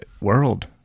world